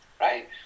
right